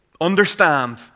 Understand